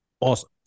Awesome